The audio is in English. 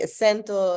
sento